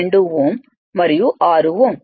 2 Ω మరియు 6 Ω